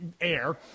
air